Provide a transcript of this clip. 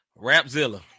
rapzilla